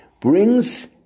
brings